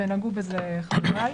ונגעו בזה חבריי.